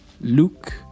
Luke